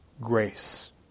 grace